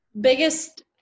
Biggest